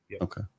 Okay